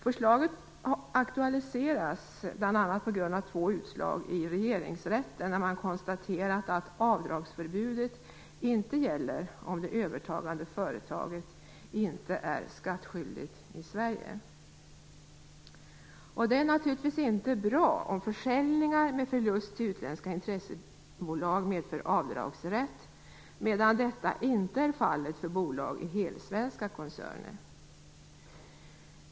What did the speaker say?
Förslaget har aktualiserats bl.a. på grund av två utslag i Regeringsrätten där man har konstaterat att avdragsförbudet inte gäller om det övertagande företaget inte är skattskyldigt i Sverige. Det är naturligtvis inte bra om försäljningar med förlust till utländska intressebolag medför avdragsrätt medan detta inte är fallet för bolag i helsvenska koncerner.